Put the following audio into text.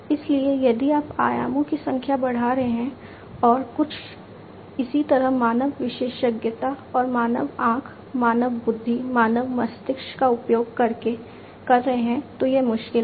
इसलिए यदि आप आयामों की संख्या बढ़ा रहे हैं और कुछ इसी तरह मानव विशेषज्ञता और मानव आंख मानव बुद्धि मानव मस्तिष्क का उपयोग करके कर रहे हैं तो यह मुश्किल है